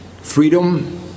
freedom